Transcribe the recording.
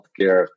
healthcare